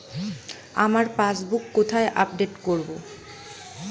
আমার পাসবুক কোথায় আপডেট করব?